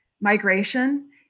migration